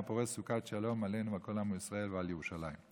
הפורש סוכת שלום עלינו ועל כל עמו ישראל ועל ירושלים.